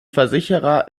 versicherer